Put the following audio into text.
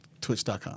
Twitch.com